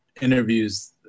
interviews